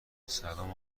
سلام